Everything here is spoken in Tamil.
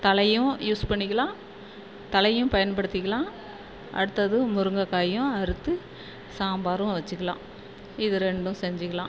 தழையும் யூஸ் பண்ணிக்கலாம் தழையும் பயன்படுத்திக்கலாம் அடுத்தது முருங்கைக்காயும் அறுத்து சாம்பாரும் வெச்சுக்கிலாம் இது ரெண்டும் செஞ்சுக்கிலாம்